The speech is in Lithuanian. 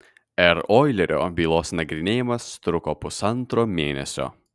r oilerio bylos nagrinėjimas truko pusantro mėnesio